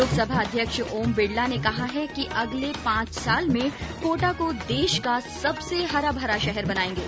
लोकसभा अध्यक्ष ओम बिडला ने कहा है कि अगले पांच साल में कोटा को देश का सबसे हराभरा शहर बनायेंगे